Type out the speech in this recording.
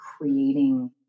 creating